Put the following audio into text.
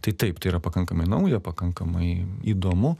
tai taip tai yra pakankamai nauja pakankamai įdomu